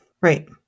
Right